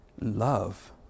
love